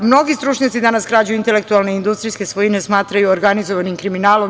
Mnogi stručnjaci danas krađu intelektualne industrijske svojine smatraju organizovanim kriminalom.